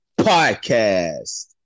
podcast